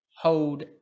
hold